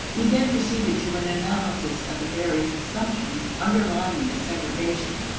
we then proceeded to an analysis of the various assumptions underlying this segregation.